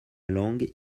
langue